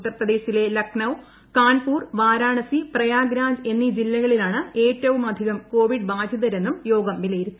ഉത്തർപ്രദേശിലെ ലക്നൌ കാൺപൂർ വാരാണസി പ്രയാഗ് രാജ് എന്നീ ജില്ലകളിലാണ് ഏറ്റവും അധികം കോവിഡ് ബാധിതരെന്നും യോഗം വിലയിരുത്തി